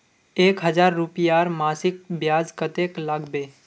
एक हजार रूपयार मासिक ब्याज कतेक लागबे?